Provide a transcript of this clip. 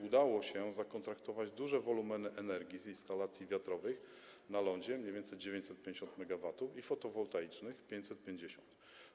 Udało się zakontraktować duże wolumeny energii z instalacji wiatrowych na lądzie, chodzi o mniej więcej 950 MW, i fotowoltaicznych - 550.